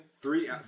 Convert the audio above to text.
three